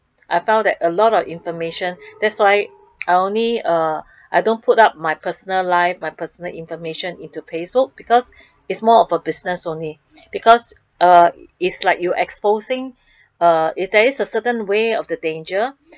I found that a lot of information that's why I only uh uh I don't put up my personal life my personal information into page so because it's more of a business only because uh it's like you exposing uh if there is a certain way of the danger